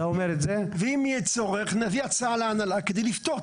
ואם יהיה צורך, נביא הצעה להנהלה כדי לפתור.